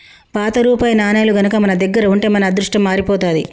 పాత రూపాయి నాణేలు గనక మన దగ్గర ఉంటే మన అదృష్టం మారిపోతాది